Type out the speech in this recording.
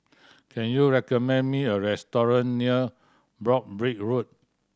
can you recommend me a restaurant near Broabrick Road